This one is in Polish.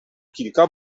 kilka